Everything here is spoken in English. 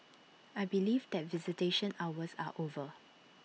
I believe that visitation hours are over